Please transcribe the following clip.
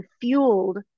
fueled